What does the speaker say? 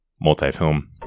multi-film